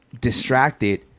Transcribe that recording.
distracted